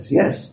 yes